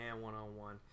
one-on-one